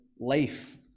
Life